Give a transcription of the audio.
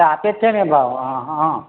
આપે છે ને ભાવ હં હં